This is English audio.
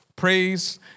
Praise